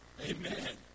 Amen